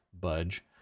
budge